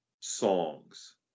songs